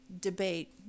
debate